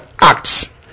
acts